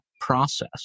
process